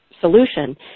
solution